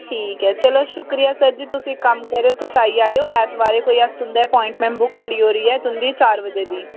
ठीक ऐ चलो शुक्रिया सर जी तुस इक कम्म करेओ तुस आई जाएओ ऐतवारै कोई अस तुं'दी अपाइंटमेंट बुक्क करी ओड़ी ऐ तुं'दी चार बजे दी